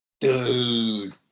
Dude